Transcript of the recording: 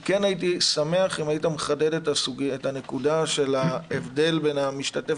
אני כן הייתי שמח אם היית מחדד את הנקודה של ההבדל בין המשתתף